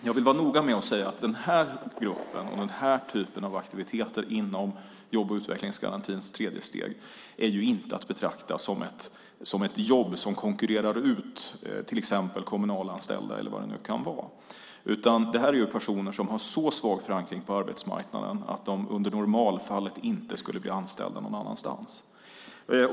Jag vill vara noga med att säga att den här typen av aktiviteter inom jobb och utvecklingsgarantins tredje steg för den här gruppen inte är att betrakta som ett jobb som konkurrerar ut till exempel kommunalanställda eller vad det nu kan vara. Det här är personer som har en så svag förankring på arbetsmarknaden att de under normalfallet inte skulle bli anställda någon annanstans.